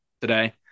today